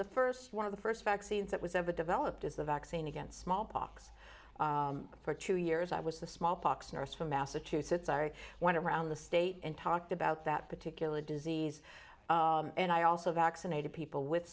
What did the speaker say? st one of the st vaccines that was ever developed is the vaccine against smallpox for two years i was the smallpox nurse from massachusetts i went around the state and talked about that particular disease and i also vaccinated people with